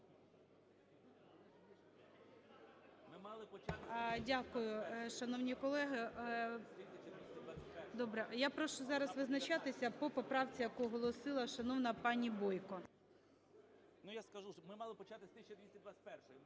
Дякую. Шановні колеги… Добре. Я прошу зараз визначатися по поправці, яку оголосила шановна пані Бойко.